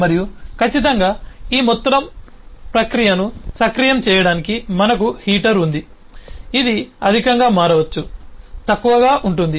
మరియు ఖచ్చితంగా ఈ మొత్తం ప్రక్రియను సక్రియం చేయడానికి మనకు హీటర్ ఉంది ఇది అధికంగా మారవచ్చు తక్కువగా ఉంటుంది